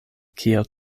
kiel